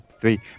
three